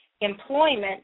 employment